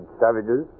savages